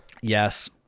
yes